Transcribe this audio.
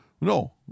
No